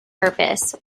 purpose